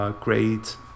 Great